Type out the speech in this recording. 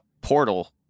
portal